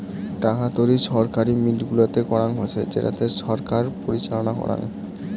টাকা তৈরী ছরকারি মিন্ট গুলাতে করাঙ হসে যেটাকে ছরকার পরিচালনা করাং